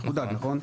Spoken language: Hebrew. זה חודד, נכון?